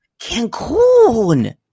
Cancun